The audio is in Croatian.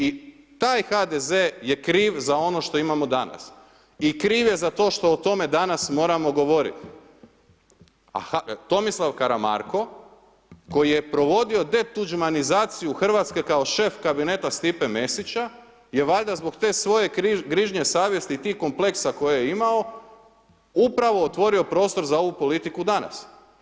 I taj HDZ je kriv za ono što imamo danas, i kriv je za to što o tome danas moramo govoriti, a Tomislav Karamarko koji je provodio detuđmanizaciju Hrvatske kao šef kabineta Stipe Mesića je valjda zbog te svoje grižnje savjesti i tih kompleksa koje je imao, upravo otvorio prostor za ovu politiku danas.